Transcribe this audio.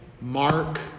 mark